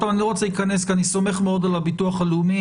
אני לא רוצה להיכנס לזה כי אני סומך מאוד על הביטוח הלאומי.